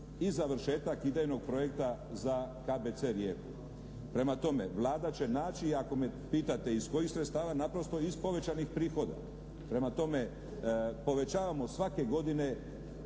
i završetak idejnog projekta za KBC Rijeku. Prema tome, Vlada će naći i ako me pitate iz kojih sredstava, naprosto iz povećanih prihoda. Prema tome povećavamo svake godine